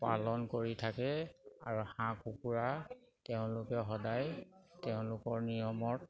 পালন কৰি থাকে আৰু হাঁহ কুকুৰা তেওঁলোকে সদায় তেওঁলোকৰ নিয়মত